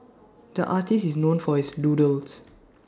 the artist is known for his doodles